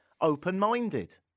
Open-minded